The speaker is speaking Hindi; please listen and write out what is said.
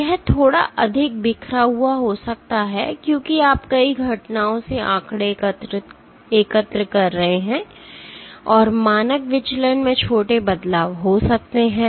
यह थोड़ा अधिक बिखरा हुआ हो सकता है क्योंकि आप कई घटनाओं से आंकड़े एकत्र कर रहे हैं और मानक विचलन में छोटे बदलाव हो सकते हैं